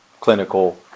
clinical